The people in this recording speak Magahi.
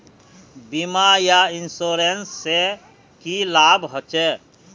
बीमा या इंश्योरेंस से की लाभ होचे?